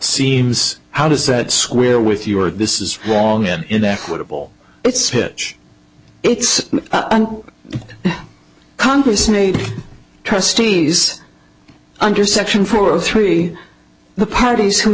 seems how does that square with you or this is wrong an inequitable it's hitch it's congress needs trustees under section four three the parties